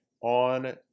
on